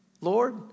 Lord